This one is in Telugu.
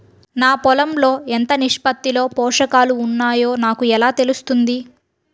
నా పొలం లో ఎంత నిష్పత్తిలో పోషకాలు వున్నాయో నాకు ఎలా తెలుస్తుంది?